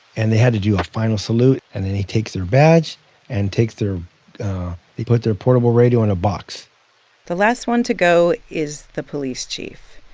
and they had to do a final salute. and then they take their badge and take their they put their portable radio in a box the last one to go is the police chief.